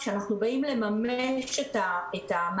כשאנחנו באים לממש את המענקים,